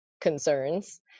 concerns